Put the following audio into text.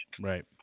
right